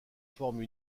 forment